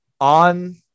on